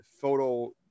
photo